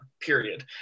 period